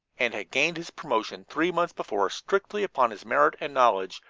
and had gained his promotion three months before strictly upon his merit and knowledge,